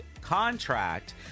contract